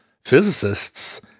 physicists